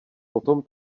potom